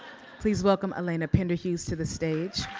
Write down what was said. please welcome elena pinderhughes to the stage.